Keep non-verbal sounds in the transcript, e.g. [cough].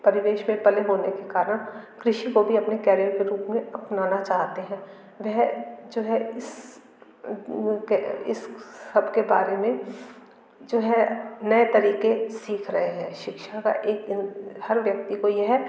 परिवेश में पले होने के कारण कृषि को भी अपने कैरियर के रूप में अपनाना चाहते हैं वे जो है इस [unintelligible] इस सब के बारे में जो है नए तरीक़े सीख रहे हैं शिक्षा का एक दिन हर व्यक्ति को यह